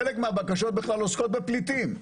חלק מהבקשות עוסקות בכלל בפליטים,